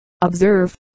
Observe